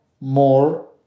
more